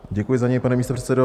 Děkuji za něj, pane místopředsedo.